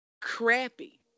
crappy